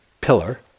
pillar